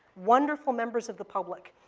wonderful members of the public,